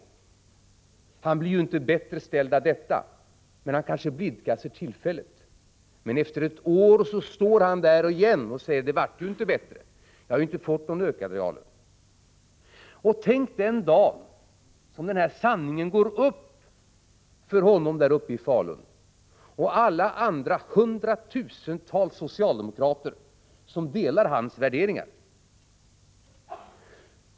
Den här arbetaren blir inte bättre ställd genom detta, men han kanske blidkas för tillfället. Efter ett år står han emellertid där och säger återigen: Det blev ju inte bättre — jag har inte fått någon ökad reallön. Och tänk på den dag då denna sanning går upp för arbetaren i Falun och för alla andra hundratusentals socialdemokrater som delar hans värderingar!